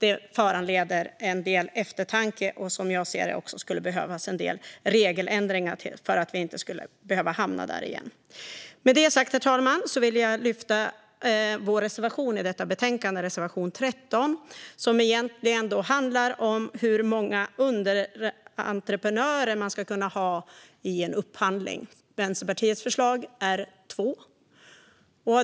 En del regeländringar skulle behövas så att vi inte hamnar där igen. Med detta sagt vill jag, herr talman, ta upp vår reservation i betänkandet. Det gäller reservation 13, och den handlar om hur många underentreprenörer man ska kunna ha vid en upphandling. Vänsterpartiets förslag är två.